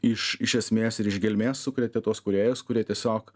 iš iš esmės ir iš gelmės sukrėtė tuos kūrėjus kurie tiesiog